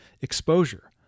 exposure